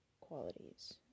qualities